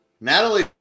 Natalie